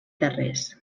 tarrés